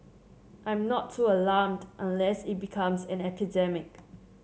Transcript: I'm not too alarmed unless it becomes an epidemic